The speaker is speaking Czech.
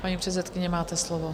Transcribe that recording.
Paní předsedkyně, máte slovo.